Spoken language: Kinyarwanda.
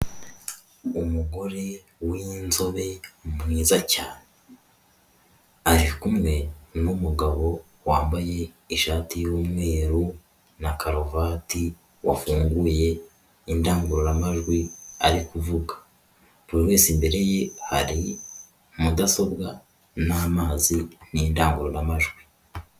Umugore w'inzobe mwiza cyane, ari kumwe n'umugabo wambaye ishati y'umweru na karuvati wafunguye indangururamajwi ari kuvuga, buri wese imbere ye hari mudasobwa n'amazi n'indangururamajwi.